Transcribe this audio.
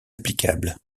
applicable